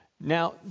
Now